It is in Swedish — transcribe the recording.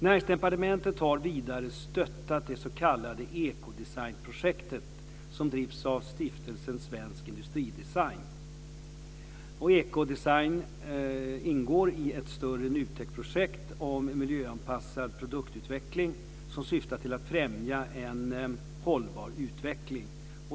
Näringsdepartementet har vidare stöttat det s.k. NUTEK-projekt om miljöanpassad produktutveckling som syftar till att främja en hållbar utveckling.